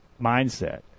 mindset